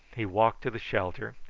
he walked to the shelter,